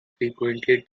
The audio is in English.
frequently